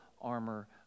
armor